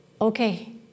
okay